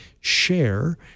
share